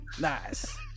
Nice